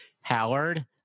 Howard